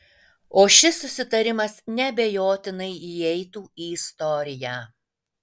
o šis susitarimas neabejotinai įeitų į istoriją